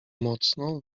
mocno